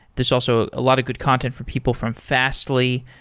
there's also a lot of good content for people from fastly,